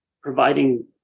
providing